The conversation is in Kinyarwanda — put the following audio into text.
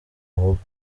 avuga